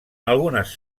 algunes